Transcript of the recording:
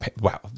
Wow